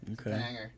Okay